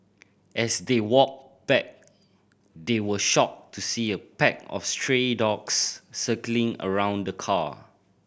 as they walked back they were shocked to see a pack of stray dogs circling around the car